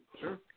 Sure